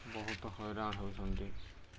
ବହୁତ ହଇରାଣ ହେଉଛନ୍ତି